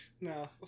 No